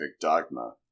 dogma